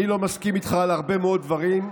אני לא מסכים איתך על הרבה מאוד דברים,